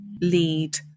lead